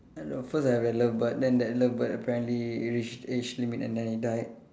uh no first I have a love bird then that love bird apparently it reached age limit and then it died